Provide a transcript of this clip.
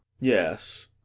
Yes